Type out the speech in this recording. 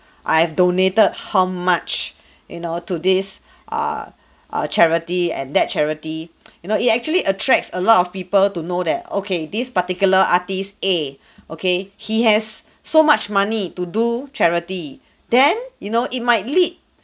I've donated how much you know to this err uh charity and that charity you know it actually attracts a lot of people to know that okay this particular artist a okay he has so much money to do charity then you know it might lead